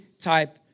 type